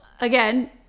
again